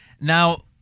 Now